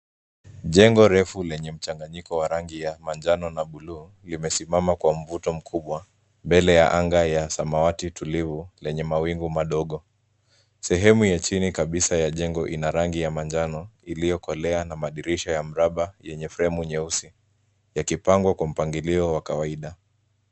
Jengo refu lenye mchanganyiko wa rangi ya manjano na bluu limesimama kwa mvuto mkubwa mbele ya anga ya samawati tulivu yenye mawingu madogo. Sehemu ya chini kabisa ya jengo ina rangi ya manjano iliyokolea na madirisha ya mraba yenye fremu nyeusi yakipangwa kwa mpangilio wa kawaida.